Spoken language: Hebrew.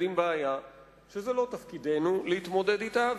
עם בעיה שלא תפקידנו להתמודד אתה,